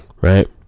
right